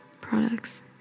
products